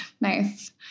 nice